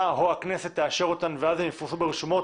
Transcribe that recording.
או הכנסת תאשר אותן ואז הן יפורסמו ברשומות